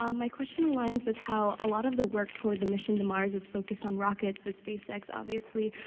um my question aligns with how a lot of the work toward the mission to mars is focused on rockets with spacex, obviously,